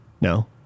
No